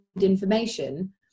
information